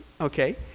okay